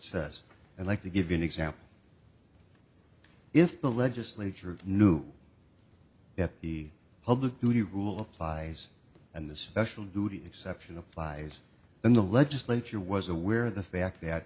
says and like to give you an example if the legislature knew that the public duty rule applies and the special duty exception applies in the legislature was aware of the fact that